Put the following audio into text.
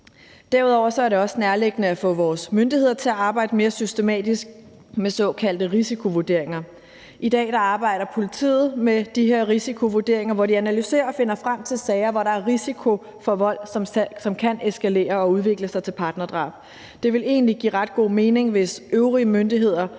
Derudover er det også nærliggende at få vores myndigheder til at arbejde mere systematisk med såkaldte risikovurderinger. I dag arbejder politiet med de her risikovurderinger, hvor de analyserer og finder frem til sager, hvor der er risiko for vold, som kan eskalere og udvikle sig til partnerdrab, og det vil egentlig give ret god mening, hvis øvrige myndigheder